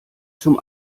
zum